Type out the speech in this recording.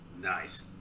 Nice